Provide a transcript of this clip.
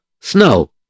snow